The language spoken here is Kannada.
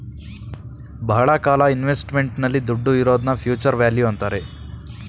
ಬಹಳ ಕಾಲ ಇನ್ವೆಸ್ಟ್ಮೆಂಟ್ ನಲ್ಲಿ ದುಡ್ಡು ಇರೋದ್ನ ಫ್ಯೂಚರ್ ವ್ಯಾಲ್ಯೂ ಅಂತಾರೆ